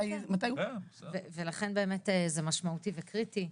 ולכן זה משמעותי וקריטי.